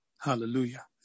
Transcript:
Hallelujah